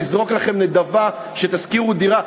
נזרוק לכם נדבה כדי שתשכרו דירה,